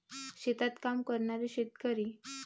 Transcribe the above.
शेतात काम करणारे शेतकरी